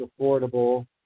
affordable